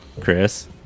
Chris